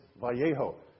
Vallejo